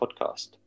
podcast